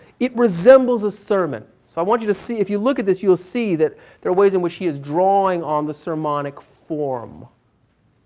it resembles a sermon. so i want you to see if you look at this, you will see that there are ways in which he is drawing on the sermonic form.